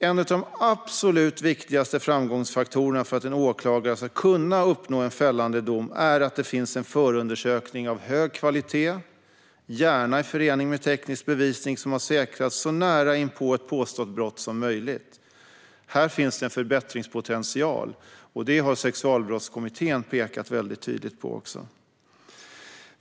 En av de absolut viktigaste framgångsfaktorerna för att en åklagare ska kunna uppnå en fällande dom är att det finns en förundersökning av hög kvalitet, gärna i förening med teknisk bevisning som har säkrats så nära inpå ett påstått brott som möjligt. Här finns en förbättringspotential, och det har också Sexualbrottskommittén tydligt pekat på.